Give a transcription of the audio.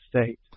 state